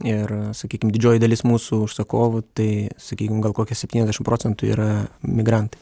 ir sakykim didžioji dalis mūsų užsakovų tai sakykim gal kokie septyniasdešim procentų yra migrantai